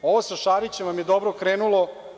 Ovo sa Šarićem vam je dobro krenulo.